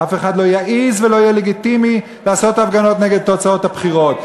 אף אחד לא יעז ולא יהיה לגיטימי לעשות הפגנות נגד תוצאות הבחירות.